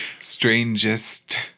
Strangest